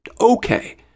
okay